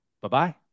Bye-bye